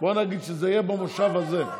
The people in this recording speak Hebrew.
בוא נגיד שזה יהיה במושב הזה,